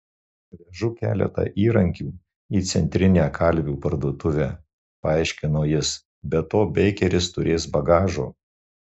vežu keletą įrankių į centrinę kalvių parduotuvę paaiškino jis be to beikeris turės bagažo